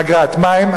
אגרת מים,